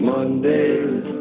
Mondays